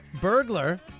Burglar